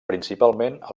principalment